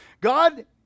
God